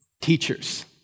Teachers